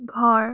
ঘৰ